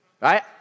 right